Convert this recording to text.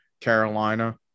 Carolina